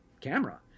camera